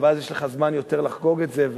אבל אז יש לך יותר זמן לחגוג את זה.